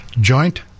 Joint